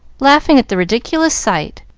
laughing at the ridiculous sight,